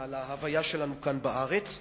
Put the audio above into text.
להוויה שלנו כאן בארץ,